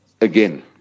again